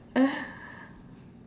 uh